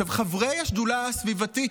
עכשיו, חברי השדולה הסביבתית,